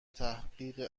تحقق